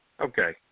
Okay